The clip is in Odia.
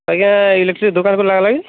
ଆଜ୍ଞା ଇଲେକ୍ଟ୍ରିକ୍ ଦୋକାନ ଖାେଲା ହେଲାଣି